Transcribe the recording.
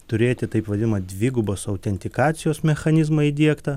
turėti taip vadinamą dvigubos autentikacijos mechanizmą įdiegtą